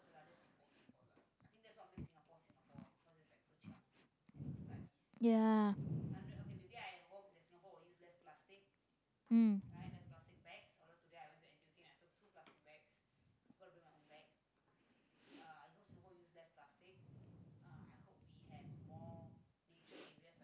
ya mm